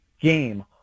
game